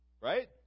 Right